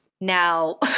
Now